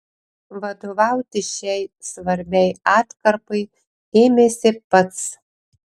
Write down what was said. vadovauti šiai svarbiai atkarpai ėmėsi pats